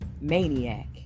maniac